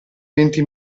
venti